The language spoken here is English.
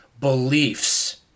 beliefs